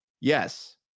Yes